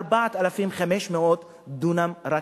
4,500 דונם בלבד.